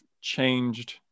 changed